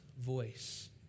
voice